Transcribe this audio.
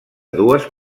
dues